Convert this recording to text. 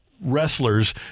wrestlers